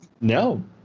no